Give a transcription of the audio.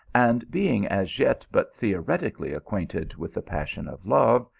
and being as yet but theoretically acquainted with the passion of love,